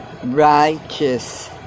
righteous